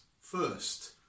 first